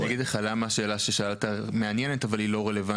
אני אגיד לך למה השאלה ששאלת מעניינת אבל היא לא רלוונטית.